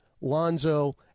Lonzo